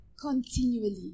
Continually